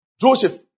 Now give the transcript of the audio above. Joseph